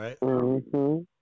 right